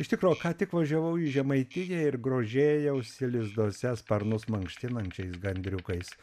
iš tikro ką tik važiavau į žemaitiją ir grožėjausi lizduose sparnus mankštinančiais gandriukais